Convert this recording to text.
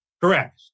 Correct